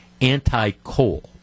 anti-coal